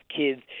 kids